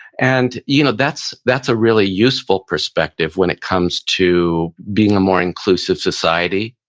and you know that's that's a really useful perspective when it comes to being a more inclusive society.